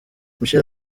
michel